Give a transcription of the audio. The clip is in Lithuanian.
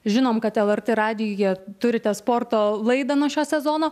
žinom kad lrt radijuje turite sporto laidą nuo šio sezono